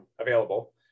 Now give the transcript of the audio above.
available